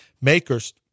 makers